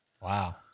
Wow